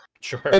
sure